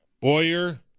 Boyer